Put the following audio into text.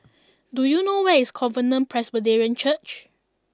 do you know where is Covenant Presbyterian Church